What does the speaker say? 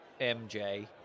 MJ